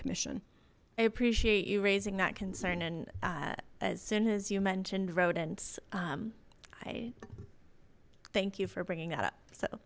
commission i appreciate you raising that concern and as soon as you mentioned rodents i thank you for bringing that up so